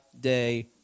day